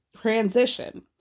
transition